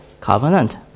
covenant